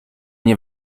nie